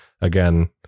Again